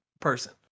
person